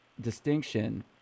distinction